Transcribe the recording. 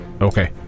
Okay